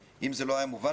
ואם זה לא היה מובן,